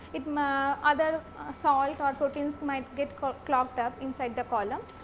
it um ah other salt or proteins might get clogged clogged up inside the column.